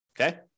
Okay